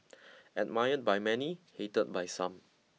admired by many hated by some